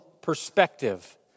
perspective